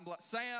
Sam